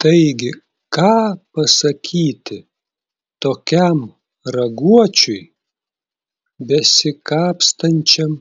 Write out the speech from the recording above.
taigi ką pasakyti tokiam raguočiui besikapstančiam